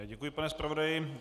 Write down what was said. Děkuji, pane zpravodaji.